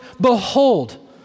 behold